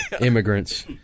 immigrants